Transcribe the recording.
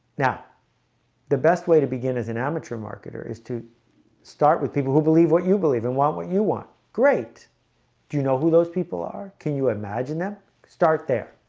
now the best way to begin as an amateur marketer is to start with people who believe what you believe and want what you want great. do you know who those people are? can you imagine them start there?